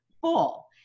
full